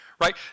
Right